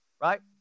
Right